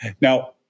Now